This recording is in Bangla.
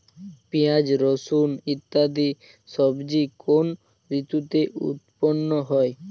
পিঁয়াজ রসুন ইত্যাদি সবজি কোন ঋতুতে উৎপন্ন হয়?